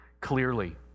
clearly